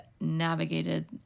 navigated